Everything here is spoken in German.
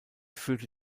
führte